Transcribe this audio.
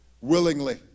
willingly